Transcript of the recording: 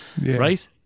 right